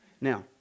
Now